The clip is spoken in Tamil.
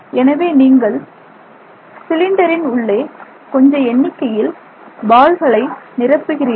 எனவே நீங்கள் சிலிண்டரின் உள்ளே கொஞ்ச எண்ணிக்கையில் பால்களை நிரப்புகிறீர்கள்